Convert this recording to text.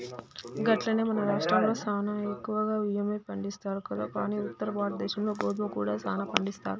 గట్లనే మన రాష్ట్రంలో సానా ఎక్కువగా బియ్యమే పండిస్తారు కదా కానీ ఉత్తర భారతదేశంలో గోధుమ కూడా సానా పండిస్తారు